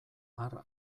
har